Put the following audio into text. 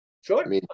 Sure